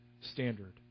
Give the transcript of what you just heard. standard